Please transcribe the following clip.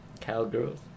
Cowgirls